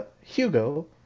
Hugo